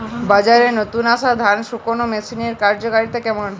বাজারে নতুন আসা ধান শুকনোর মেশিনের কার্যকারিতা কেমন?